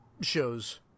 shows